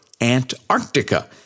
Antarctica